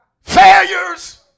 failures